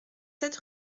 sept